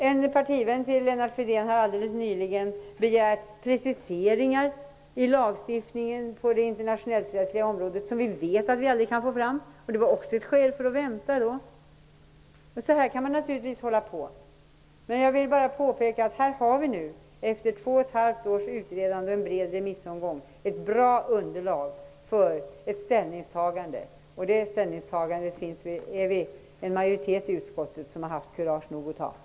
En partivän till Lennart Fridén har alldeles nyligen begärt preciseringar i lagstiftningen på det internationellt rättsliga området som vi vet att vi aldrig kan få fram. Det var också ett skäl för att vänta. Så här kan man naturligtvis hålla på. Jag vill bara påpeka att vi efter två och ett halvt års utredande och en bred remissomgång nu har ett bra underlag för ett ställningstagande. Det ställningstagandet är vi en majoritet i utskottet som har haft kurage nog att göra.